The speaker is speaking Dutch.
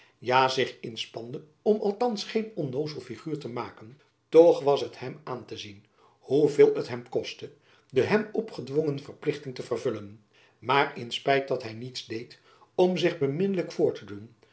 ja zich inspande om althands geen onnozel figuur te maken toch was het hem aan te zien hoeveel het hem kostte de hem opgedwongen verplichting te vervullen maar in spijt dat hy niets deed om zich beminnelijk voor te doen